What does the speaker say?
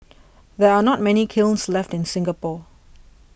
there are not many kilns left in Singapore